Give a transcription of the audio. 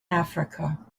africa